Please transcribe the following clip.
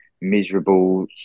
miserable